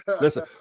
Listen